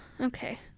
Okay